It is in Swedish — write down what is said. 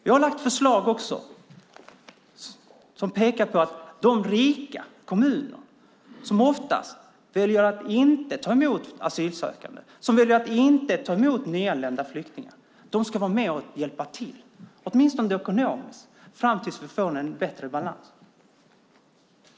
Vi har också lagt fram förslag som pekar på att de rika kommuner som oftast väljer att inte ta emot asylsökande och nyanlända flyktingar ska vara med och hjälpa till, åtminstone ekonomiskt, fram till att vi får en bättre balans.